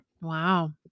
Wow